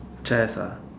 chess ah